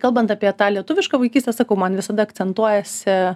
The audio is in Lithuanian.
kalbant apie tą lietuvišką vaikystę sakau man visada akcentuojasi